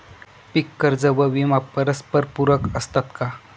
पीक कर्ज व विमा परस्परपूरक असतात का?